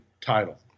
title